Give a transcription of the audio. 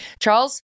Charles